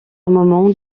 moments